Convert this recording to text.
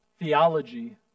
theology